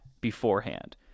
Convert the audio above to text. beforehand